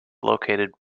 located